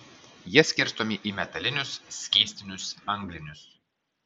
jie skirstomi į metalinius skystinius anglinius